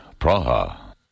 Praha